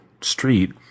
street